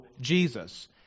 Jesus